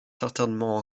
certainement